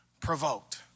provoked